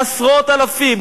עשרות-אלפים,